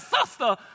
sister